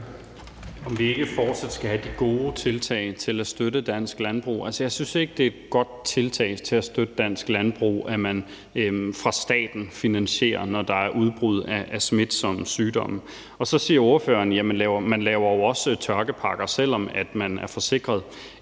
om vi ikke fortsat skal have de gode tiltag til at støtte dansk landbrug. Altså, jeg synes ikke, at det er et godt tiltag til at støtte dansk landbrug, at man fra statens side finansierer det, når der er udbrud af smitsomme sygdomme. Så siger ordføreren, at man jo også laver tørkepakker, selv om landbruget er forsikret.